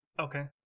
Okay